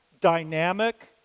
dynamic